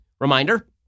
reminder